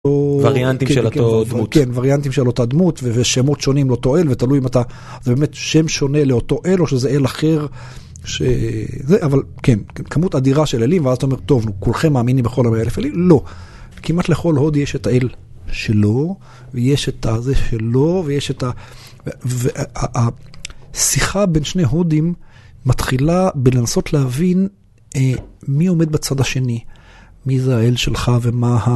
‫ווריאנטים של אותו דמות. ‫-כן, ווריאנטים של אותה דמות, ‫ושמות שונים לאותו אל, ותלוי ‫אם אתה באמת שם שונה לאותו אל, ‫או שזה אל אחר, ש... ‫אבל כן, כמות אדירה של אלים, ‫ואז אתה אומר, טוב, ‫כולכם מאמינים בכל 100 אלף אלים? ‫לא. כמעט לכל הודי יש את האל שלו, ‫ויש את זה שלו, ויש את ה... ‫והשיחה בין שני הודים מתחילה ‫בלנסות להבין מי עומד בצד השני. ‫מי זה האל שלך ומה ה...